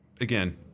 again